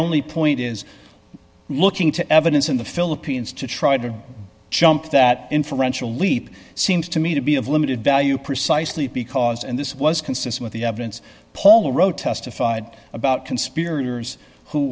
only point is looking to evidence in the philippines to try to jump that inferential leap seems to me to be of limited value precisely because and this was consistent the evidence paul wrote testified about conspirators who